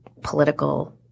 political